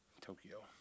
Tokyo